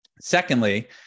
Secondly